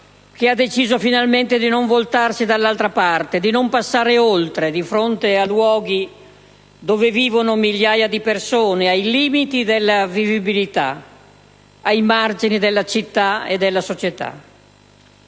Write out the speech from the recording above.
che ha deciso finalmente di non voltarsi dall'altra parte, di non passare oltre di fronte a luoghi dove vivono migliaia di persone, ai limiti della vivibilità, ai margini della città e della società?